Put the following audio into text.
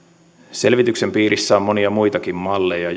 selvityksen piirissä on monia muitakin malleja